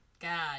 God